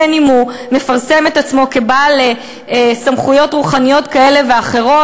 בין שהוא מפרסם את עצמו כבעל סמכויות רוחניות כאלה ואחרות,